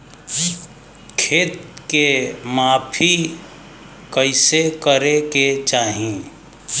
खेत के माफ़ी कईसे करें के चाही?